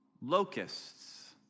locusts